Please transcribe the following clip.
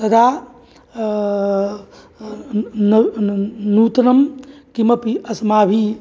तदा नूतनं किमपि अस्माभिः